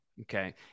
Okay